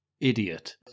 idiot